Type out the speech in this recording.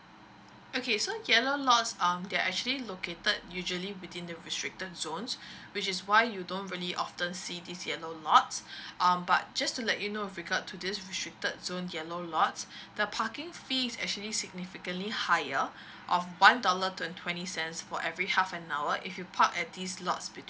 okay so yellow lots um they're actually located usually between the restricted zones which is why you don't really often see these yellow lots um but just to let you know with regard to these restricted zone yellow lots the parking fee is actually significantly higher of one dollar and twenty cents for every half an hour if you park at these lots between